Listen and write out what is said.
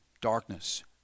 darkness